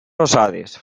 rosades